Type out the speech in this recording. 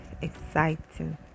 exciting